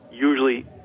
usually